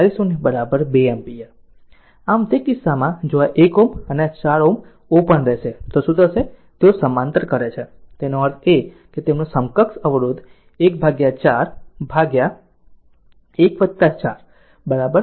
આમ તે કિસ્સામાં જો આ 1 Ω અને 4 Ω ઓપન રહેશે તો શું થશે તેઓ સમાંતરમાં કરે છે તેનો અર્થ એ કે તેમનો સમકક્ષ અવરોધ 1 4 1 4 0